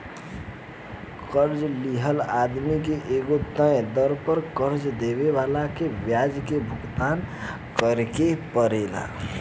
कर्जा लिहल आदमी के एगो तय दर पर कर्जा देवे वाला के ब्याज के भुगतान करेके परेला